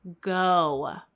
go